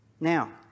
Now